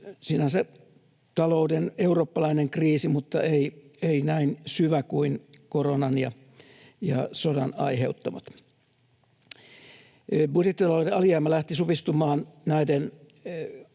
sinänsä talouden eurooppalainen kriisi mutta ei näin syvä kuin koronan ja sodan aiheuttamat. Budjettitalouden alijäämä lähti supistumaan näiden